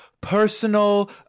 personal